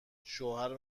شوهر